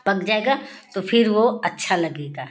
पक जाएगा तो फिर वह अच्छा लगेगा